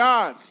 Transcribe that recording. God